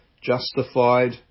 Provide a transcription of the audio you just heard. justified